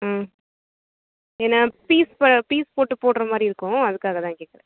ம் ஏன்னா piece piece போட்டு போடுற மாதிரி இருக்கும் அதுக்காக தான் கேட்குறேன்